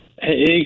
Hey